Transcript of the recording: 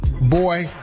Boy